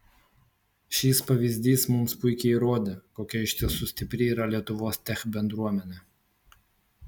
šis pavyzdys mums puikiai įrodė kokia iš tiesų stipri yra lietuvos tech bendruomenė